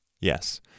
Yes